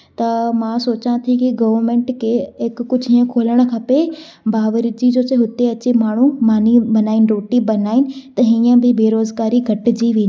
त मां सोचां थी की गवर्नमेंट के हिकु कुछ हीअं खोलणु खपे बावर्ची जो जो हुते अचे माण्हूं रोटी बणाइनि त हीअं बि बेरोज़गारी घटि थी वेंदी